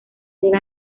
llega